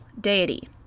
deity